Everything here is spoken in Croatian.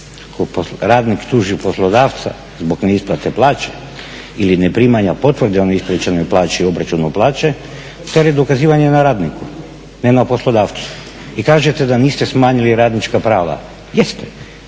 Radnik tuži poslodavca zbog neisplate plaće ili ne primanje potvrde o neisplaćenoj plaći i obračunu plaće, teret dokazivanja je na radniku ne na poslodavcu. I kažete da niste smanjili radnička prava. Jeste!